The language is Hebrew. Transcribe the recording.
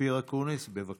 אופיר אקוניס, בבקשה.